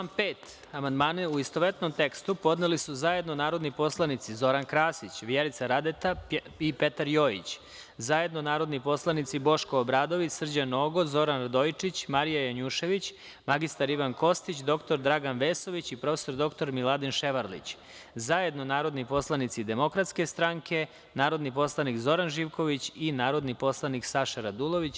Na član 5. amandmane, u istovetnom tekstu, podneli su zajedno narodni poslanici Zoran Krasić, Vjerica Radeta i Petar Jojić, zajedno narodni poslanici Boško Obradović, Srđan Nogo, Zoran Radojičić, Marija Janjušević, mr Ivan Kostić, dr Dragan Vesović i prof. dr Miladin Ševarlić, zajedno narodni poslanici DS, narodni poslanik Zoran Živković i narodni poslanik Saša Radulović.